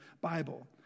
Bible